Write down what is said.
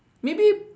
maybe